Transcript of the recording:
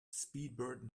speedbird